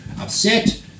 upset